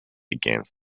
against